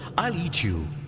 i'll eat you